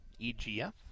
EGF